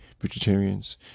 Vegetarians